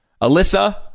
Alyssa